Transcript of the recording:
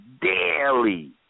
daily